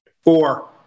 Four